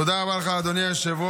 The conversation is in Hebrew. תודה רבה לך, אדוני היושב-ראש.